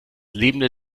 lebende